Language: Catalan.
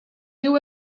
diu